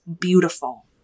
beautiful